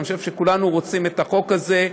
אני חושב שכולנו רוצים את החוק הזה,